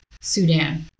Sudan